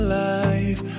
life